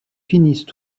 finissent